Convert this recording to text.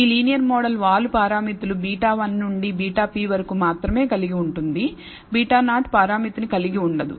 ఈ linear model వాలు పారామితులు β1 నుండి βp వరకు మాత్రమే కలిగి ఉంటుంది β0 పారామితిని కలిగి ఉండదు